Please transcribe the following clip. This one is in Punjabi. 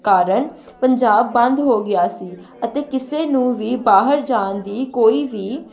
ਕਾਰਨ ਪੰਜਾਬ ਬੰਦ ਹੋ ਗਿਆ ਸੀ ਅਤੇ ਕਿਸੇ ਨੂੰ ਵੀ ਬਾਹਰ ਜਾਣ ਦੀ ਕੋਈ ਵੀ